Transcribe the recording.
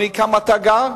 בכמה אתה גר?